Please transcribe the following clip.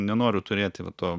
nenoriu turėti va to